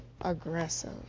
aggressive